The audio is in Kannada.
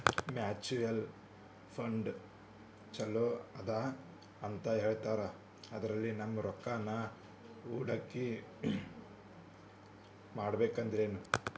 ಮ್ಯೂಚುಯಲ್ ಫಂಡ್ ಛಲೋ ಅದಾ ಅಂತಾ ಹೇಳ್ತಾರ ಅದ್ರಲ್ಲಿ ನಮ್ ರೊಕ್ಕನಾ ಹೂಡಕಿ ಮಾಡಬೋದೇನ್ರಿ?